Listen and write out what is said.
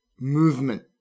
movement